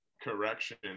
correction